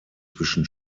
zwischen